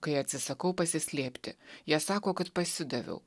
kai atsisakau pasislėpti jie sako kad pasidaviau